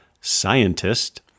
scientist